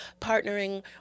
partnering